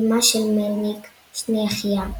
אמה של מלניק, שני אחיה,